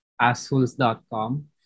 Assholes.com